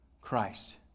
Christ